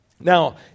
Now